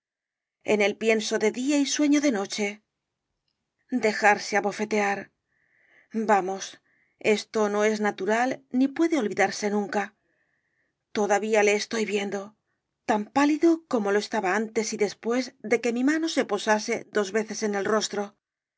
en él pienso de día y sueño de noche dejarse abofeel caballero de las botas azules tear vamos esto no es natural ni puede olvidarse nunca todavía le estoy viendo tan pálido como lo estaba antes y después de que mi mano se posase dos veces en el rostro